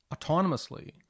autonomously